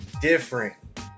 different